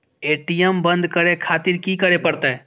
ATM बंद करें खातिर की करें परतें?